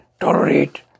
tolerate